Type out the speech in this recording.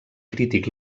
crític